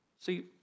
See